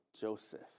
Joseph